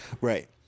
Right